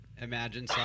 imagine